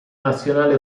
nazionale